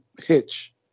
Hitch